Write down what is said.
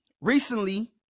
recently